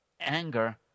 Anger